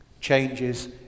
changes